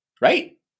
right